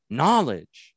knowledge